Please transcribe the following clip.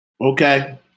Okay